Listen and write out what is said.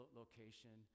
location